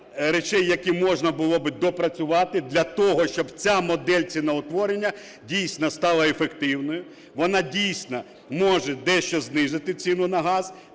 речей, які можна було би допрацювати для того, щоб ця модель ціноутворення дійсно стала ефективною. Вона, дійсно, може дещо знизити ціну на газ